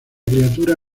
criatura